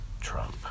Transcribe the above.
Trump